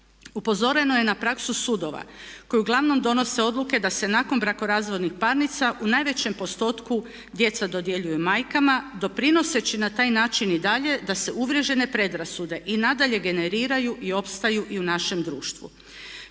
Upozoreno je na praksu sudova koji uglavnom donose odluke da se nakon brakorazvodnih parnica u najvećem postotku djeca dodjeljuju majkama doprinoseći na taj način i dalje da se uvriježene predrasude i nadalje generiraju i opstaju i u našem društvu.